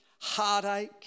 heartache